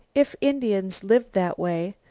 if indians lived that way,